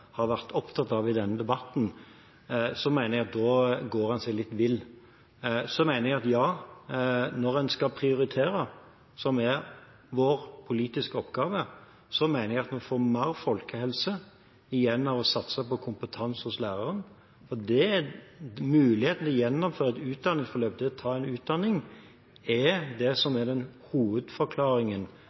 har vært opptatt av i denne debatten, mener jeg at en går seg litt vill. Når en skal prioritere, som er vår politiske oppgave, så mener jeg at vi får mer folkehelse gjennom å satse på kompetanse hos læreren. Muligheten til å gjennomføre et utdanningsforløp, det å ta en utdanning, er det som er hovedforklaringen